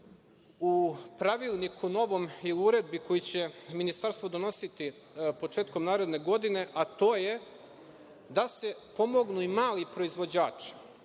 Pravilniku i uredbi koja će Ministarstvo donositi početkom naredne godine, a to je da se pomognu i mali proizvođači.